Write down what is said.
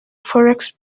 forex